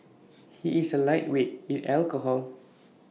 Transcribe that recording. he is A lightweight in alcohol